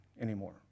anymore